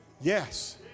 Yes